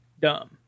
dumb